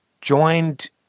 joined